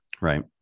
Right